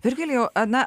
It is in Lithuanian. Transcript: virgilijau a na